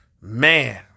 Man